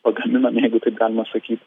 pagaminom jeigu taip galima sakyt